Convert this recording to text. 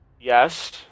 Yes